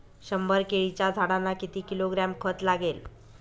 शंभर केळीच्या झाडांना किती किलोग्रॅम खत लागेल?